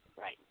Right